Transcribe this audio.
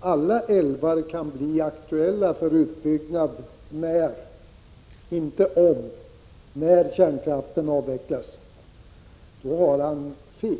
alla älvar kan bli aktuella för utbyggnad när — inte om — kärnkraften avvecklas har han fel.